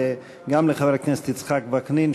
וגם לחבר הכנסת יצחק וקנין,